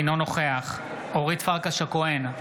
אינו נוכח אורית פרקש הכהן,